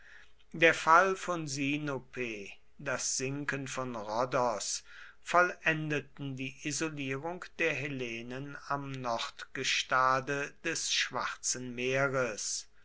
der fall von sinope das sinken von rhodos vollendeten die isolierung der hellenen am nordgestade des schwarzen meeres